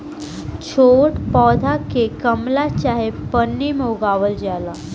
छोट पौधा के गमला चाहे पन्नी में उगावल जाला